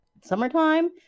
Summertime